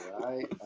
right